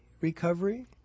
recovery